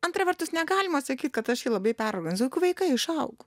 antra vertus negalima sakyt kad aš jį labai perorganizavau juk vaikai išaugo